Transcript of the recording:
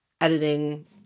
editing